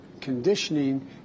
conditioning